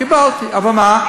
אבל מה?